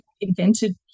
invented